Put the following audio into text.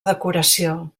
decoració